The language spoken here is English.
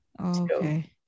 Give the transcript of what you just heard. okay